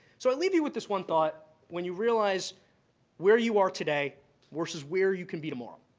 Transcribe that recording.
so i leave you with this one thought when you realize where you are today versus where you can be tomorrow.